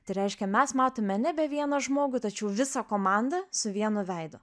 tai reiškia mes matome nebe vieną žmogų tačiau visą komandą su vienu veidu